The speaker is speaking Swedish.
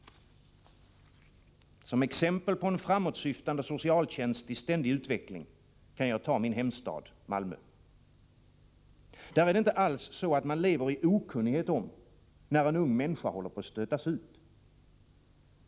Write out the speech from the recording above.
Som exempel på en framåtsyftande socialtjänst i ständig utveckling kan jag ta min hemstad Malmö. Där är det inte alls så att man lever i okunnighet om när en ung människa håller på att stötas ut.